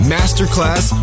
Masterclass